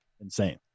Insane